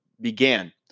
began